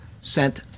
sent